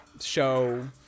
show